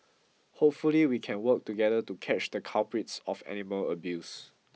hopefully we can work together to catch the culprits of animal abuse